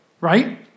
Right